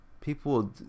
People